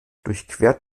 durchquert